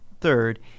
Third